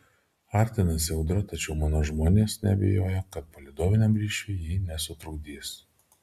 artinasi audra tačiau mano žmonės neabejoja kad palydoviniam ryšiui ji nesutrukdys